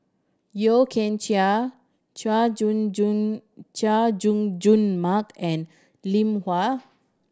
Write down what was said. Yeo Kian Chai Chay Jung Jun Chay Jung Jun Mark and Lim Yau